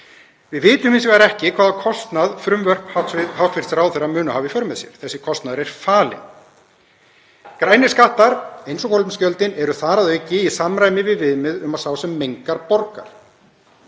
Við vitum hins vegar ekki hvaða kostnað frumvörp hæstv. ráðherra munu hafa í för með sér. Þessi kostnaður er falinn. Grænir skattar eins og kolefnisgjöldin eru þar að auki í samræmi við viðmið um að sá sem mengar borgar.